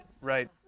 right